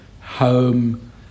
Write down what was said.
home